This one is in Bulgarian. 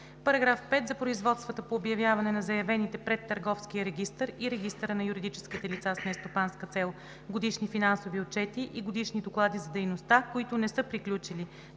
§ 5: „§ 5. За производствата по обявяване на заявени пред търговския регистър и регистъра на юридическите лица с нестопанска цел годишни финансови отчети и годишни доклади за дейността, които не са приключили